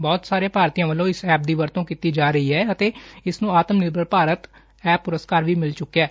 ਬਹੁਤ ਸਾਰੇ ਭਾਰਤੀਆਂ ਵੱਲੋਂ ਇਸ ਐਪ ਦੀ ਵਰਤੋਂ ਕੀਤੀ ਜਾ ਰਹੀ ਏ ਅਰੇ ਇਸ ਨੂੰ ਆਤਮ ਨਿਰਭਰ ਭਾਰਤ ਐਪ ਪੁਰਸਕਾਰ ਵੀ ਮਿਲ ਚੁੱਕੈ